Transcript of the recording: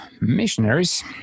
Missionaries